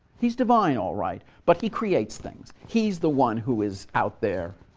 he's divine, all right, but he creates things. he's the one who is out there